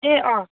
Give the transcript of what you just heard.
ए अँ